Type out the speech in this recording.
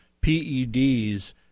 peds